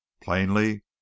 plainly